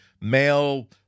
male